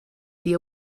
die